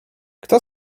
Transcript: kto